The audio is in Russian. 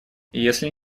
если